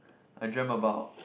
I dreamt about